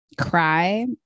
cry